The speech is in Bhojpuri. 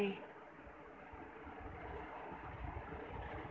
कताई इंजन ना रहल त चरखा से धागा बने